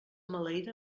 maleïda